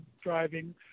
driving